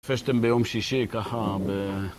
יפה שאתם ביום שישי ככה ב...